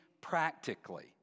practically